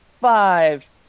five